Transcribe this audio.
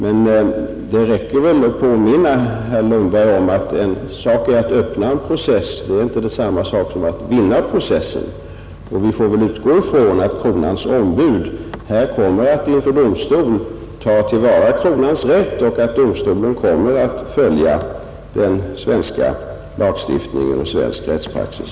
Men det räcker väl att påminna herr Lundberg om att det inte är samma sak att öppna en process som att vinna processen. Vi får väl utgå från att kronans ombud kommer att inför domstol ta till vara kronans rätt och att domstolen kommer att följa den svenska lagstiftningen och svensk rättspraxis.